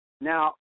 now